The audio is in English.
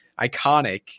iconic